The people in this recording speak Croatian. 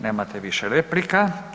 Nemate više replika.